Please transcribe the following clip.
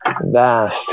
vast